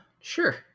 sure